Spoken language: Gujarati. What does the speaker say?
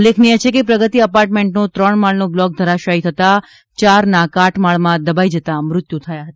ઉલ્લેખનીય છે કે પ્રગતિ એપાર્ટમેન્ટનો ત્રણ માળનો બ્લોક ધરાશાયી થતા ચારના કાટમાળમાં દબાઈ જતા મૃત્યુ થયા હતા